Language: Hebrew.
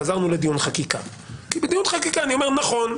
חזרנו לדיון חקיקה כי בדיון חקיקה אני אומר נכון,